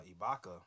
Ibaka